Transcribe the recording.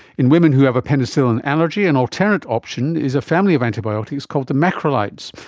in women who have a penicillin allergy, an alternate option is a family of antibiotics called the macrolides,